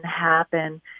happen